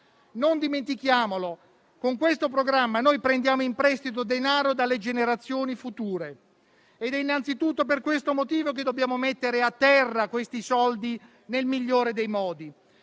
Non dimentichiamo che con questo programma noi prendiamo in prestito denaro dalle generazioni future. È innanzitutto per questo motivo che dobbiamo mettere a terra questi soldi nel migliore dei modi.